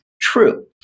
true